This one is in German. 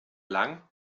lang